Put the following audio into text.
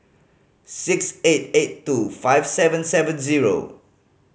six eight eight two five seven seven zero